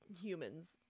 humans